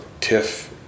tiff